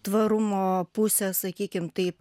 tvarumo pusę sakykim taip